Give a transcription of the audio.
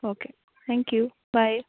okay thank you bye